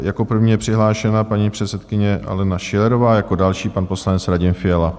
Jako první je přihlášená paní předsedkyně Alena Schillerová, jako další pan poslanec Radim Fiala.